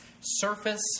surface